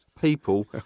people